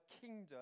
kingdom